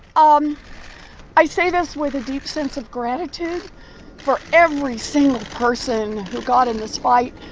um i say this with a deep sense of gratitude for every single person who got in this fight,